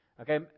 okay